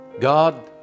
God